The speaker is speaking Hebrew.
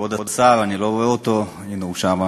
כבוד השר, אני לא רואה אותו, הנה הוא שם.